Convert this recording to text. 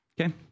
Okay